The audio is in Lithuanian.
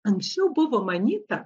anksčiau buvo manyta